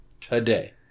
Today